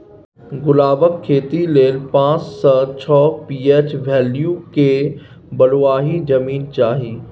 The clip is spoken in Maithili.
गुलाबक खेती लेल पाँच सँ छओ पी.एच बैल्यु केर बलुआही जमीन चाही